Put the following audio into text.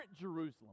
Jerusalem